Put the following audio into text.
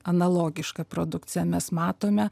analogišką produkciją mes matome